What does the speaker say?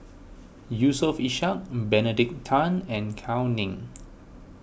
Yusof Ishak Benedict Tan and Gao Ning